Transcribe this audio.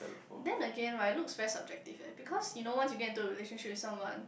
then again right looks very subjective eh because you know once you get into relationship with someone